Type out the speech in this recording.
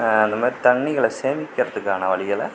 அந்த மாதிரி தண்ணிகளை சேமிக்கிறதுக்கான வழிகளை